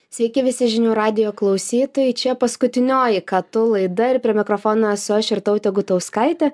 sveiki visi žinių radijo klausytojai čia paskutinioji ką tu laida ir prie mikrofono esu aš irtautė gutauskaitė